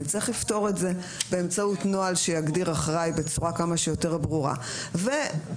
נצטרך לפתור נוהל שיגדיר אחראי בצורה כמה שיותר ברורה ושיח